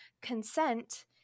Consent